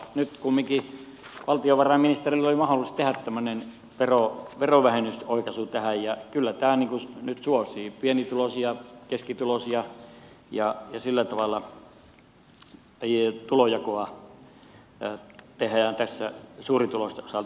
nyt kumminkin valtiovarainministerillä oli mahdollisuus tehdä tämmöinen verovähennysoikaisu tähän ja kyllä tämä nyt suosii pienituloisia keskituloisia ja sillä tavalla tulonjakoa tehdään tässä suurituloisten osalta